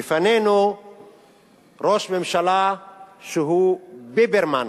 בפנינו ראש ממשלה שהוא "ביברמן",